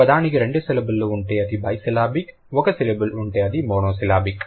ఒక పదానికి రెండు సిలబుల్ లు ఉంటే అది బైసిలాబిక్ ఒక సిలబుల్ ఉంటే అది మోనోసిలాబిక్